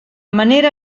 manera